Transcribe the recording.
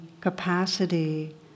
capacity